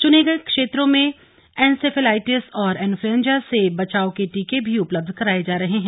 चुने गये क्षेत्रों में एनसेफेलाइटिस और इन्फ्लुएन्जा से बचाव के टीके भी उपलब्ध कराए जा रहे हैं